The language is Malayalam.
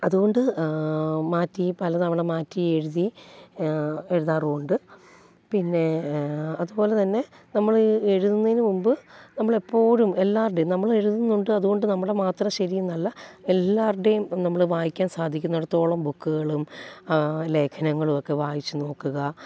അതുകൊണ്ട് മാറ്റി പലതവണ മാറ്റി എഴുതി എഴുതാറുണ്ട് പിന്നേ അതു പോലെ തന്നെ നമ്മൾ എഴുതുന്നതിനു മുമ്പ് നമ്മളെപ്പോഴും എല്ലാവരുടെയും നമ്മളെഴുതുന്നുണ്ട് അതുകൊണ്ട് നമ്മളുടെ മാത്രം ശരിയെന്നല്ല എല്ലാവരുടെയും നമ്മൾ വായിക്കാൻ സാധിക്കുന്നിടത്തോളം ബുക്കുകളും ലേഖനങ്ങളും ഒക്കെ വായിച്ചു നോക്കുക